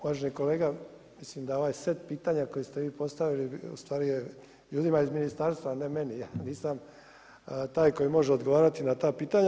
Uvaženi kolega, mislim da ovaj set pitanja koje ste vi postavili u stvari je, ljudima iz ministarstva, a ne meni, ja nisam taj koji može odgovarati na ta pitanja.